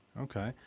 Okay